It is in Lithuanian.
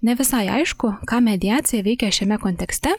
ne visai aišku ką mediacija veikia šiame kontekste